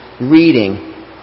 reading